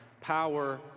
Power